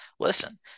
Listen